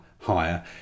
higher